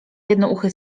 jednouchy